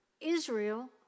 Israel